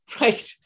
right